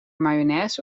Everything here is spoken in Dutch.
mayonaise